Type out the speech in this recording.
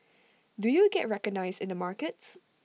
do you get recognised in the markets